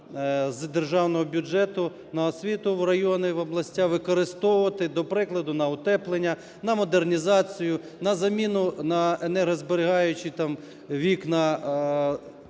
з державного бюджету на освіту в райони, в області використовувати, до прикладу, на утеплення, на модернізацію, на заміну на енергозберігаючі,